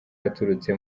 yaturutse